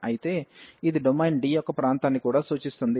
ఇది డొమైన్ Dయొక్క ప్రాంతాన్ని కూడా సూచిస్తుంది